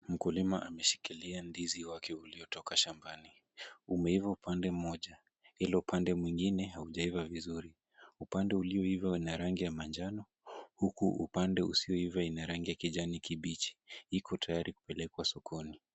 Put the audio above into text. Mkulima ameshikilia ndizi wake uliotoka shambani, umeiva upande mmoja, ila upande mwingine hujaiva vizuri. Upande ulioiva una rangi ya manjano, huku upande usioiva una rangi ya kijani kibichi, iko tayari kupelekwa sokoni.